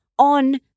On